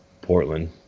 Portland